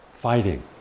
fighting